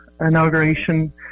inauguration